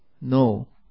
No